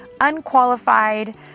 unqualified